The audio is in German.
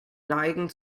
neigen